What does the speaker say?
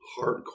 hardcore